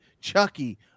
Chucky